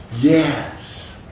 Yes